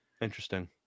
Interesting